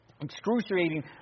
excruciating